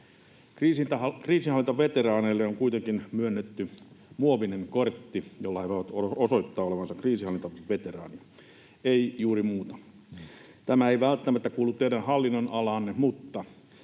Kriisinhallintaveteraaneille on kuitenkin myönnetty muovinen kortti, jolla he voivat osoittaa olevansa kriisinhallintaveteraaneja, ei juuri muuta. Tämä ei välttämättä kuulu teidän hallinnon-alaanne, mutta